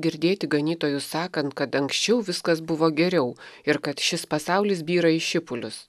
girdėti ganytojus sakant kad anksčiau viskas buvo geriau ir kad šis pasaulis byra į šipulius